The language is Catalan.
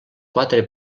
quatre